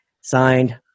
Signed